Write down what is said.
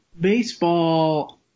baseball